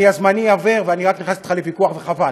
זמני עובר, ואני רק נכנס אתך לוויכוח, וחבל.